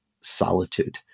solitude